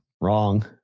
wrong